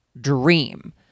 dream